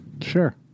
sure